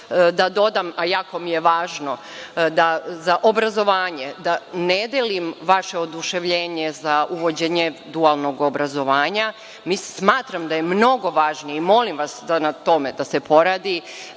da dodam, a jako mi je važno, za obrazovanje, da ne delim vaše oduševljenje za uvođenje dualnog obrazovanja. Smatram da je mnogo važnije, molim vas da se na tome poradi,